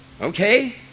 Okay